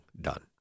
done